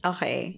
Okay